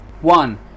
one